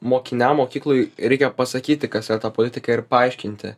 mokiniam mokykloj reikia pasakyti kas yra ta politika ir paaiškinti